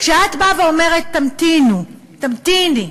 כשאת באה ואומרת: תמתינו, תמתיני,